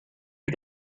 you